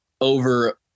over